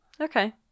Okay